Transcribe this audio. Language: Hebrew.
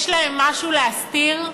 יש להם משהו להסתיר?